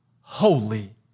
holy